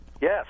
Yes